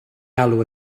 alw